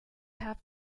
have